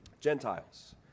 Gentiles